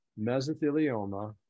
mesothelioma